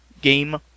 game